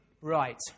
Right